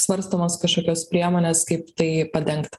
svarstomos kažkokios priemonės kaip tai padengt